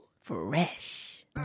Fresh